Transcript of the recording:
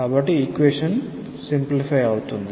కాబట్టి ఈక్వేషన్ తగ్గించబడుతుంది